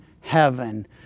heaven